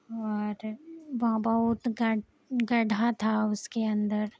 اور وہ بہت گڑھ گڑھا تھا اس کے اندر